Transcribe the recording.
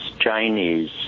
Chinese